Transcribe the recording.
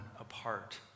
apart